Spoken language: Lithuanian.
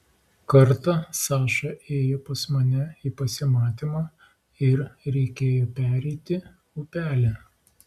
kartą saša ėjo pas mane į pasimatymą ir reikėjo pereiti upelį